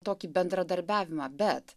tokį bendradarbiavimą bet